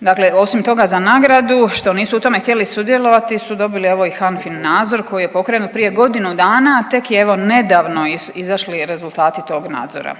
Dakle, osim toga za nagradu što nisu u tome htjeli sudjelovati su dobili evo i HANFIN nadzor koji je pokrenut prije godinu dana, a tek je evo nedavno izašli rezultati tog nadzora.